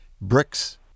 bricks